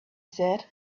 said